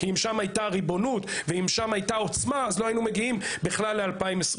אם שם הייתה ריבונות ועוצמה אז לא היינו מגיעים בכלל ל-2022.